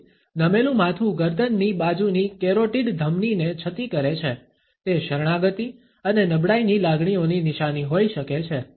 તેથી નમેલું માથું ગરદનની બાજુની કેરોટિડ ધમની ને છતી કરે છે તે શરણાગતિ અને નબળાઈની લાગણીઓની નિશાની હોઈ શકે છે